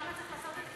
למה צריך לעשות את,